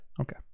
Okay